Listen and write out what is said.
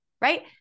right